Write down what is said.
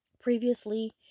Previously